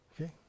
Okay